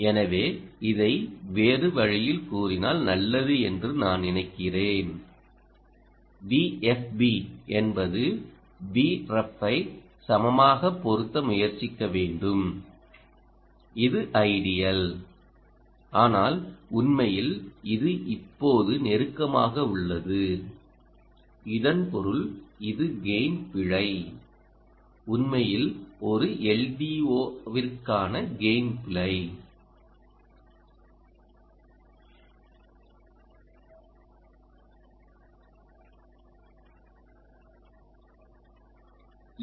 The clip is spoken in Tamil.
எனவே இதை வேறு வழியில் கூறினால் நல்லது என்று நான் நினைக்கிறேன் VFB என்பது Vref ஐ சமமாக பொருத்த முயற்சிக்க வேண்டும் இது ஐடியல் ஆனால் உண்மையில் இது இப்போது நெருக்கமாக உள்ளது இதன் பொருள் இது கெய்ன் பிழை உண்மையில் ஒரு LDO க்கான கெய்ன் பிழை